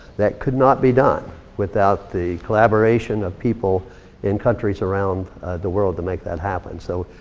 that could not be done without the collaboration of people in countries around the world to make that happen. so,